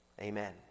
Amen